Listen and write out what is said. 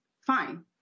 fine